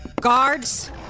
Guards